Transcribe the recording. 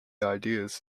ideas